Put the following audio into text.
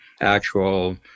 actual